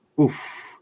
Oof